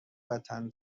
وطن